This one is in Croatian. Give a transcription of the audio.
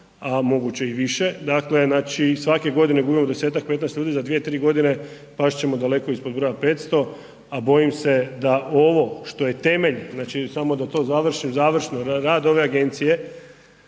a moguće i više, dakle znači svake godine gubimo 10-tak, 15 ljudi za 2-3 godine past ćemo daleko ispod broja 500, a bojim se da ovo što je temelj znači samo da to završim, završno rad ove agencije